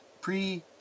Pre